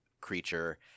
creature